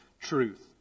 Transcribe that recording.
truth